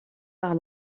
par